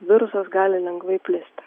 virusas gali lengvai plisti